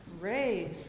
Great